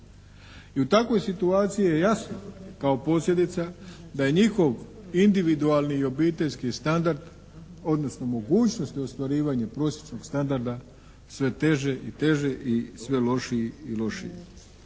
I u takvoj situaciji je jasno kao posljedica da je njihov individualni i obiteljski standard odnosno mogućnosti ostvarivanja prosječnog standarda sve teži i teži i sve lošiji i lošiji.